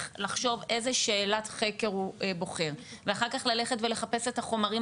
לחשוב איזה שאלת חקר הוא בוחר ואחר כך ללכת ולחפש את החומרים